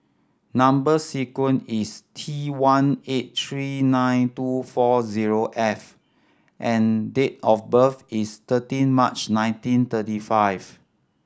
number sequence is T one eight three nine two four zero F and date of birth is thirteen March nineteen thirty five